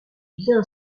bien